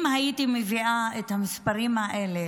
אם הייתי מביאה את המספרים האלה,